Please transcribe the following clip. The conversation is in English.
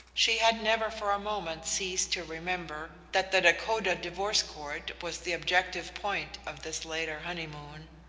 she had never for a moment ceased to remember that the dakota divorce-court was the objective point of this later honeymoon,